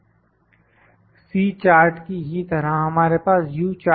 C chart की ही तरह हमारे पास U चार्ट हैं